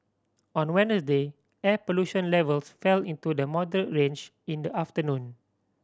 on Wednesday air pollution levels fell into the modern range in the afternoon